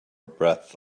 breath